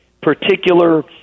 particular